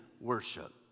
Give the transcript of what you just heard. worship